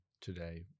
today